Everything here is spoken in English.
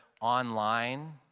online